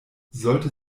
sollte